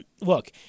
Look